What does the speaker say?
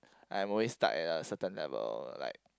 I am always stuck at a certain level like